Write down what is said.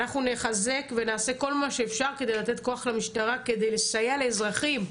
ואנחנו נחזק ונעשה כל מה שאפשר כדי לתת כוח למשטרה כדי לסייע לאזרחים.